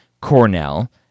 Cornell